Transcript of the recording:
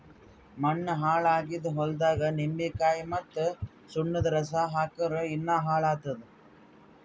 ಮಣ್ಣ ಹಾಳ್ ಆಗಿದ್ ಹೊಲ್ದಾಗ್ ನಿಂಬಿಕಾಯಿ ಮತ್ತ್ ಸುಣ್ಣದ್ ರಸಾ ಹಾಕ್ಕುರ್ ಇನ್ನಾ ಹಾಳ್ ಆತ್ತದ್